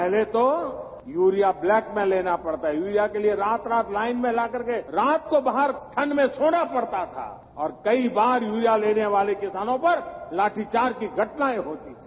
पहले तो urea black में लेना पड़ता था यूरिया के लिए रात रात लाइन में लग करके रात को बाहर ठंड में सोना पड़ता था और कई बार यूरिया लेने वाले किसानों पर लाठीचार्ज की घटनाएं होती थीं